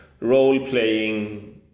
role-playing